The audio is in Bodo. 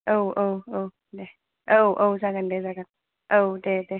औ औ औ दे औ औ जागोन दे जागोन औ दे दे